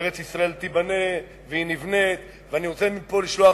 ארץ-ישראל תיבנה והיא נבנית, ואני רוצה מפה לשלוח